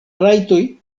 rajtoj